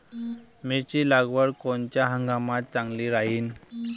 मिरची लागवड कोनच्या हंगामात चांगली राहीन?